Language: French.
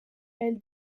elle